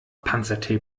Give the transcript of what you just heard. panzertape